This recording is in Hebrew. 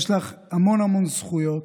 יש לך המון המון זכויות,